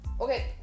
okay